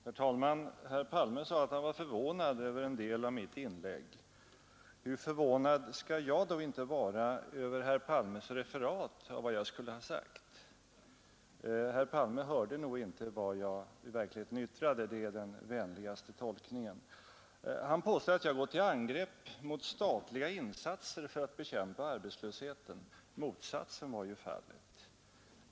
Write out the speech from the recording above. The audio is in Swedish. Herr talman! Herr Palme sade att han var förvånad över en del av mitt inlägg. Hur förvånad skall då inte jag vara över herr Palmes referat av vad jag skulle ha sagt! Herr Palme hörde nog inte vad jag yttrade — det är den vänligaste tolkningen. Herr Palme påstår att jag har gått till angrepp mot statliga insatser för att bekämpa arbetslösheten. Motsatsen var fallet.